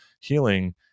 healing